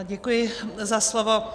Děkuji za slovo.